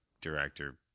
director